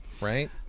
Right